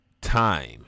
Time